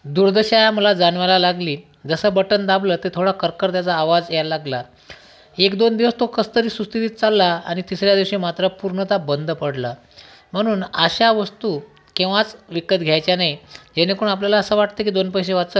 दुर्दशा मला जाणवायला लागली जसं बटन दाबलं ते थोडा करकर त्याचा आवाज यायला लागला एक दोन दिवस तो कसातरी सुस्थितीत चालला आणि तिसऱ्या दिवशी मात्र पूर्णत बंद पडला म्हणून अशा वस्तू केव्हाच विकत घ्यायच्या नाही येणेकरून आपल्याला असं वाटते की दोन पैसे वाचंल